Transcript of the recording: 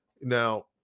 Now